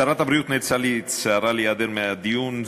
שרת הבריאות נאלצה לצערה להיעדר מהדיון.